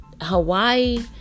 Hawaii